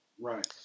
Right